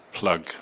plug